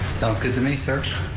sounds good to me, sir.